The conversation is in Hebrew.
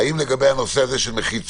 האם הנושא הזה של מחיצות